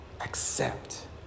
accept